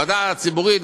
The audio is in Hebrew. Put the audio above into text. ועדה ציבורית,